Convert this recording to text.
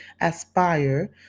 aspire